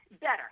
better